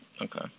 Okay